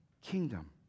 kingdom